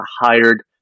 hired